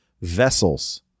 vessels